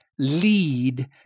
Lead